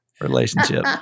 relationship